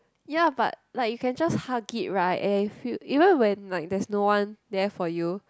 ya but like you can just hug it right if you you know like if there's no one there for you